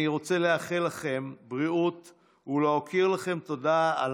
אני רוצה לאחל לכם בריאות ולהכיר לכם תודה על